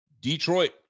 Detroit